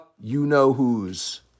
you-know-whos